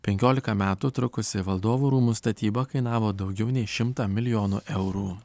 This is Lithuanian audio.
penkiolika metų trukusi valdovų rūmų statyba kainavo daugiau nei šimtą milijonų eurų